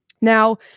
Now